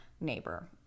neighbor